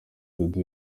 dudu